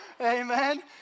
Amen